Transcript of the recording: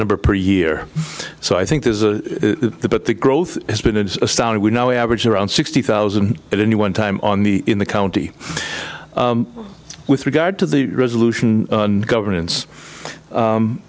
number per year so i think there's a the but the growth has been an astounding we now averaging around sixty thousand at any one time on the in the county with regard to the resolution and governance